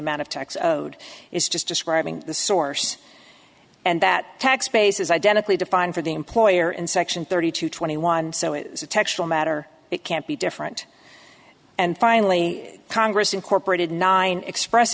amount of tax is just describing the source and that tax base is identically defined for the employer in section thirty two twenty one so it is a textural matter it can't be different and finally congress incorporated nine express